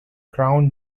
crown